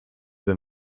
than